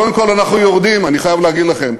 קודם כול, אנחנו יורדים, אני חייב להגיד לכם,